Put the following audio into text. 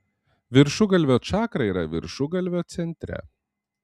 viršugalvio čakra yra viršugalvio centre